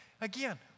again